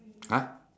!huh!